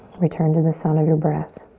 return to the sound of your breath.